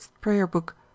prayer-book